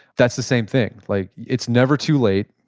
that's the same thing. like it's never too late.